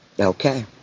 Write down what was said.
Okay